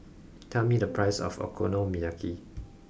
tell me the price of Okonomiyaki